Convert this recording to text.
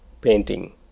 painting